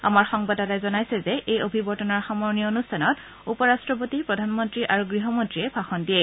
আমাৰ সংবাদদাতাই জনাইছে যে এই অভিৱৰ্তনৰ সামৰণি অনুষ্ঠানত উপ ৰাট্টপতি প্ৰধানমন্ত্ৰী আৰু গৃহমন্ত্ৰীয়ে ভাষণ দিয়ে